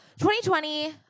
2020